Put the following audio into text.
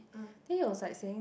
then he was like saying that